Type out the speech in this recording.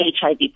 HIV